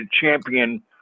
champion